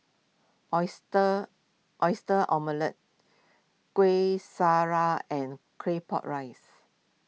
Oyster Oyster Omelette Kueh Syara and Claypot Rice